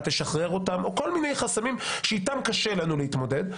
תשחרר אותם או כל מיני חסמים שאיתם קשה לנו להתמודד,